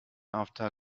after